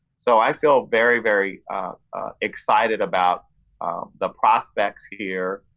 so i feel very, very excited about the prospects here,